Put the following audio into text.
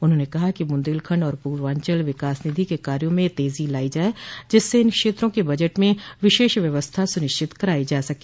उन्होंने कहा कि बुन्देलखंड और पूर्वांचल विकास निधि के कार्यो में तेजी लाई जाये जिससे इन क्षेत्रों क बजट में विशेष व्यवस्था सूनिश्चित कराई जा सके